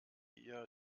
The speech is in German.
ihr